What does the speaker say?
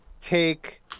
take